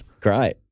Great